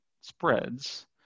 spreads